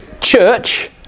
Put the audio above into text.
church